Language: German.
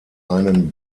einen